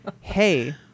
Hey